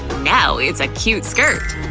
now it's a cute skirt!